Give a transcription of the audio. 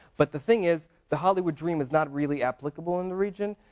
but the thing is, the hollywood dream is not really applicable in the region,